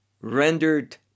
rendered